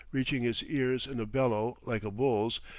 reaching his ears in a bellow like a bull's,